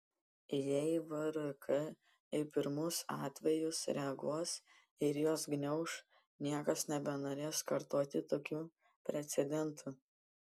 jei vrk į pirmus atvejus reaguos ir juos gniauš niekas nebenorės kartoti tokių precedentų